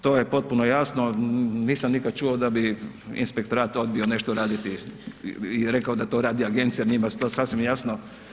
To je potpuno jasno, nisam nikada čuo da bi inspektorat odbio nešto raditi i rekao da to radi agencija, njima je to sasvim jasno.